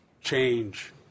change